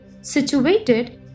situated